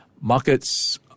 markets